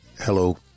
hello